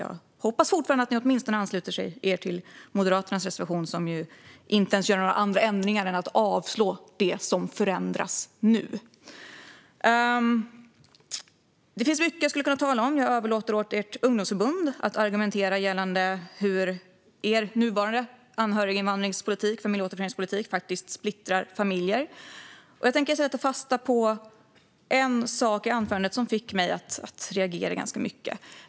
Jag hoppas fortfarande att ni åtminstone ansluter er till Moderaternas reservation, som inte innebär några andra ändringar än avslag på det som förändras nu. Det finns mycket jag skulle kunna tala om. Jag överlåter åt ert ungdomsförbund att argumentera gällande hur er nuvarande familjeåterföreningspolitik faktiskt splittrar familjer. Jag tänker i stället ta fasta på en sak i anförandet som fick mig att reagera ganska mycket.